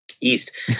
East